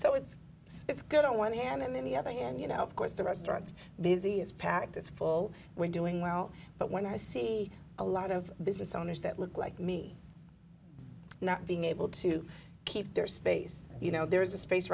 so it's spits good on one hand and then the other hand you know of course the restaurant's busy is packed it's full when doing well but when i see a lot of business owners that look like me not being able to keep their space you know there is a space